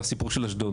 והסיפור של אשדוד.